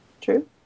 true